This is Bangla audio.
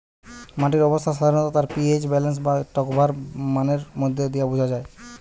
মাটির অবস্থা সাধারণত তার পি.এইচ ব্যালেন্স বা টকভাব মানের মধ্যে দিয়ে বুঝা যায়